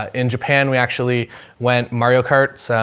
ah in japan we actually went mario carts. um,